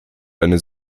deine